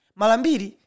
malambiri